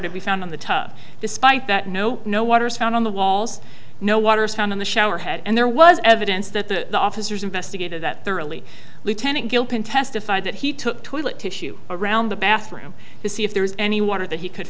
to be found in the tub despite that no no water is found on the walls no water is found in the shower head and there was evidence that the officers investigated that thoroughly lieutenant gilpin testified that he took toilet tissue around the bathroom to see if there was any water that he could